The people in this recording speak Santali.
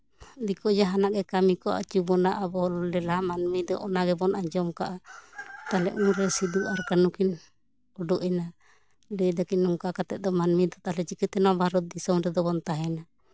ᱫᱤᱠᱩ ᱡᱟᱦᱟᱱᱟᱜ ᱜᱮ ᱠᱟᱹᱢᱤ ᱠᱚ ᱟᱹᱪᱩ ᱵᱚᱱᱟ ᱟᱵᱚ ᱞᱮᱞᱦᱟ ᱢᱟᱹᱱᱢᱤ ᱫᱚ ᱚᱱᱟ ᱜᱮᱵᱚᱱ ᱟᱸᱡᱚᱢ ᱠᱟᱜᱼᱟ ᱛᱟᱦᱚᱞᱮ ᱩᱱᱨᱮ ᱥᱤᱫᱩ ᱟᱨ ᱠᱟᱹᱱᱦᱩ ᱠᱤᱱ ᱩᱰᱩᱜ ᱮᱱᱟ ᱞᱟᱹᱭ ᱫᱟᱠᱤᱱ ᱱᱚᱝᱠᱟ ᱠᱟᱛᱮᱜ ᱫᱚ ᱢᱟᱹᱱᱢᱤ ᱫᱚ ᱛᱟᱦᱞᱮ ᱪᱤᱠᱟᱹᱛᱮ ᱱᱚᱣᱟ ᱵᱷᱟᱨᱚᱛ ᱫᱤᱥᱚᱢ ᱨᱮᱫᱚ ᱵᱚᱱ ᱛᱟᱦᱮᱱᱟ